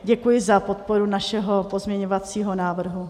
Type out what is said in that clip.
Děkuji za podporu našeho pozměňovacího návrhu.